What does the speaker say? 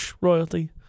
royalty